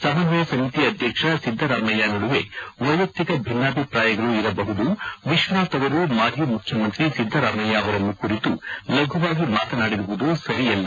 ಸಮನ್ವಯ ಸಮಿತಿ ಅಧ್ಯಕ್ಷ ಸಿದ್ದರಾಮಯ್ಯ ನಡುವೆ ವೈಯಕ್ತಿಕ ಭಿನ್ನಭಿಪ್ರಾಯಗಳು ಇರಬಹುದು ವಿಶ್ವನಾಥ್ ಅವರು ಮಾಜಿ ಮುಖ್ಯಮಂತ್ರಿ ಸಿದ್ದರಾಮಯ್ಯ ಅವರನ್ನು ಕುರಿತು ಲಘವಾಗಿ ಮಾತನಾಡಿರುವುದು ಸರಿಯಲ್ಲ